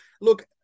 Look